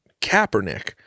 Kaepernick